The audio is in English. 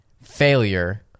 failure